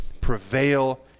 prevail